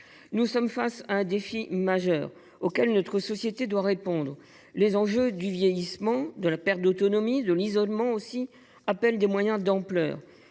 Nous faisons face à un défi majeur, que notre société doit relever. Les enjeux du vieillissement, de la perte d’autonomie, de l’isolement aussi, requièrent des moyens d’ampleur.